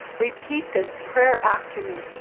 repeat this prayer after me.